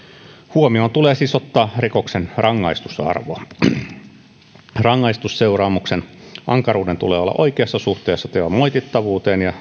huomioon tulee siis ottaa rikoksen rangaistusarvo rangaistusseuraamuksen ankaruuden tulee olla oikeassa suhteessa teon moitittavuuteen ja